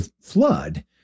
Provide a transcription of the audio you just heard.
flood